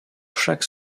chaque